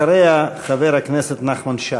אחריה, חבר הכנסת נחמן שי.